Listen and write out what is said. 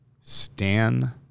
Stan